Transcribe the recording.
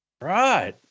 Right